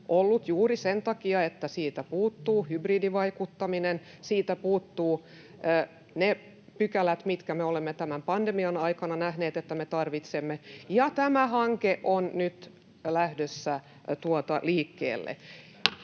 ollut juuri sen takia, että siitä puuttuu hybridivaikuttaminen. Siitä puuttuvat ne pykälät, mitkä me olemme tämän pandemian aikana nähneet tarvitsevamme, ja tämä hanke on nyt lähdössä liikkeelle.